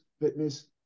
fitness